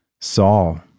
Saul